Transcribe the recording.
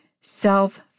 self